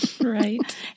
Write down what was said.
Right